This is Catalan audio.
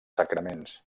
sagraments